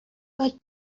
but